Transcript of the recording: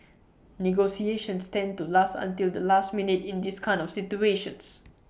negotiations tend to last until the last minute in these kind of situations